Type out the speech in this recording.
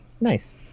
Nice